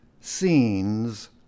scenes